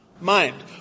mind